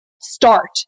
start